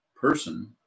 person